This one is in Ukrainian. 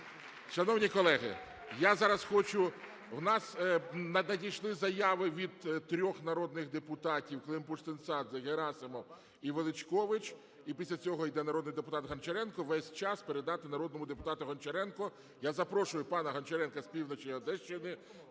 Шановні колеги, я зараз хочу… У нас надійшли заяви від трьох народних депутатів: Климпуш-Цинцадзе, Герасимов і Величкович – і після цього йде народний депутат Гончаренко, весь час передати народному депутату Гончаренку. Я запрошую пана Гончаренка з півночі Одещини